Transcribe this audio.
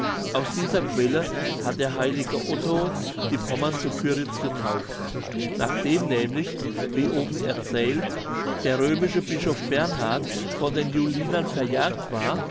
aus dieser quelle hat der heilige otto die pommern zu pyritz getauft nachdem nämlich wie oben erzählt der römische bischof bernhard von den julinern verjagt war